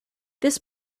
this